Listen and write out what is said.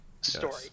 story